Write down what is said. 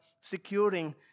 securing